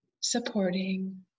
supporting